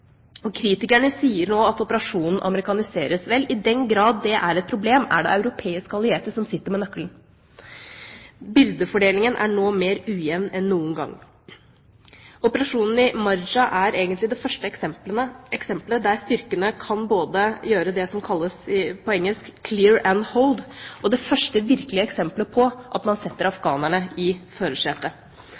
og kritikerne sier nå at operasjonen amerikaniseres. Vel, i den grad det er et problem, er det europeiske allierte som sitter med nøkkelen. Byrdefordelingen er nå mer ujevn enn noen gang. Operasjonen i Marja er egentlig det første eksempelet der styrkene kan gjøre det som på engelsk kalles «clear and hold», og det første virkelige eksempelet på at man setter afghanerne i